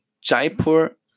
Jaipur